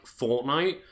Fortnite